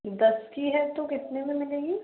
दस की है तो कितने में मिलेगी